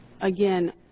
Again